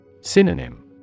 Synonym